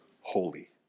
holy